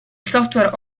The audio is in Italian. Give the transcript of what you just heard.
software